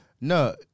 No